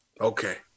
Okay